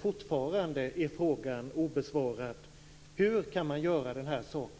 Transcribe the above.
Fortfarande är dock följande fråga obesvarad: Hur kan man göra en sådan här sak?